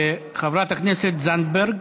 חברת הכנסת זנדברג.